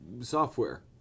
software